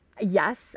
Yes